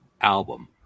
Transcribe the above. album